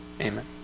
amen